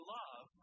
love